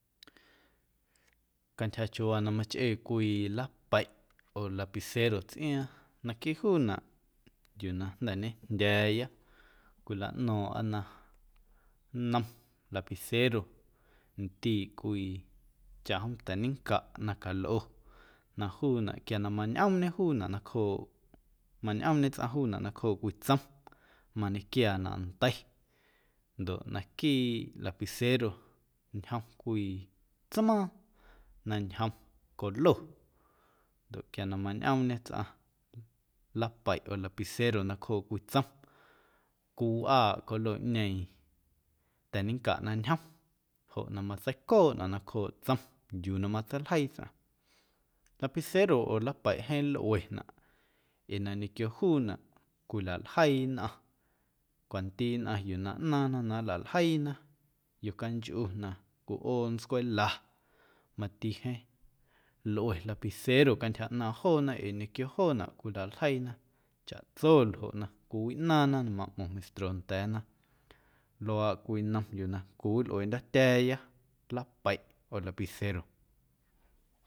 Cantyja chiuuwaa na machꞌee cwii lapeiꞌ oo lapicero tsꞌiaaⁿ naquiiꞌ juunaꞌ yuu na jnda̱ ñejndya̱a̱ya cwilaꞌno̱o̱ⁿꞌa na nnom lapicero ndiiꞌ cwii chaꞌjom ta̱nincaꞌ na calꞌo na juunaꞌ quia na mañꞌoomñe juunaꞌ nacjooꞌ mañꞌoomñe tsꞌaⁿ nacjooꞌ cwii tsom mañequiaanaꞌ ndei ndoꞌ naquiiꞌ lapicero ñjom cwii tsmaaⁿ na ñjom colo ndoꞌ quia na mañꞌoomñe tsꞌaⁿ lapeiꞌ oo lapicero nacjooꞌ cwii tsom cwiwꞌaaꞌ coloꞌñeeⁿ ta̱nincaꞌ na ñjom joꞌ na matseicooꞌnaꞌ nacjooꞌ tsom yuu na matseiljeii tsꞌaⁿ, lapicero oo lapeiꞌ jeeⁿ lꞌuenaꞌ ee na ñequio juunaꞌ cwilaljeii nnꞌaⁿ cwanti nnꞌaⁿ yuu na ꞌnaaⁿna na nlaljeiina, yocanchꞌu na cwiꞌoo ntscwela mati jeeⁿ lꞌue lapicero cantyja ꞌnaaⁿ joona ee ñequio joonaꞌ cwilaljeiina chaꞌtso ljoꞌ na cwiwiꞌnaaⁿna na maꞌmo̱ⁿ meistro nda̱a̱na. Luaaꞌ cwii nnom yuu na cwiwilꞌueeꞌndyo̱tya̱a̱ya lapeiꞌ oo lapicero.